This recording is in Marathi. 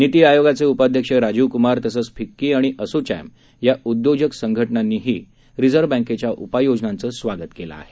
निती आयोगाचे उपाध्यक्ष राजीव कुमार तसंच फिक्की आणि असोचॅम या उद्योजक संघटनांनीही रिझर्व्ह बँकेच्या उपाययोजनांचं स्वागत केलं आहे